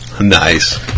nice